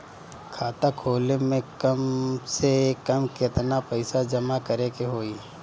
खाता खोले में कम से कम केतना पइसा जमा करे के होई?